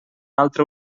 altre